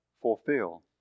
fulfill